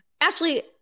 Ashley